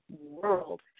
world